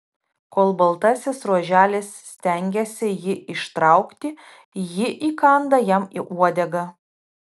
kol baltasis ruoželis stengiasi jį ištraukti ji įkanda jam į uodegą